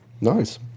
Nice